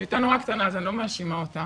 היא הייתה נורא קטנה אז אני לא מאשימה אותה,